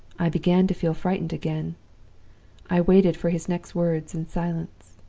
i began to feel frightened again i waited for his next words in silence.